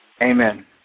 Amen